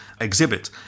exhibit